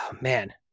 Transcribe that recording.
man